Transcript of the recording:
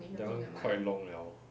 that [one] quite long liao